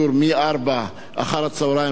מ-16:00 עד חצות הלילה.